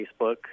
Facebook